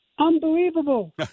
Unbelievable